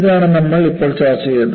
ഇതാണ് നമ്മൾ ഇപ്പോൾ ചർച്ച ചെയ്തത്